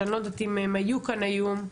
שאני לא יודעת אם היו כאן היום,